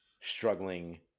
struggling